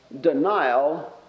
denial